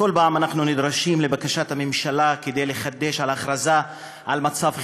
בכל פעם אנחנו נדרשים לבקשת הממשלה כדי לחדש הכרזה על מצב חירום.